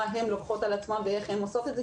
לראות מה הן לוקחות על עצמן ואיך הן עושות את זה,